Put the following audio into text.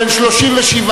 אי-אמון בממשלה לא נתקבלה.